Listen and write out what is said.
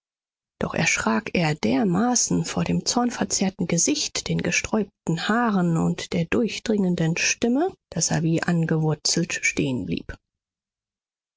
doch erschrak er dermaßen vor dem zornverzerrten gesicht den gesträubten haaren und der durchdringenden stimme daß er wie angewurzelt stehen blieb